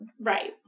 Right